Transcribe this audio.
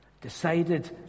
decided